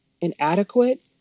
Inadequate